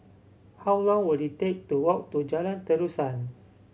how long will it take to walk to Jalan Terusan